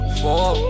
four